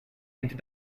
into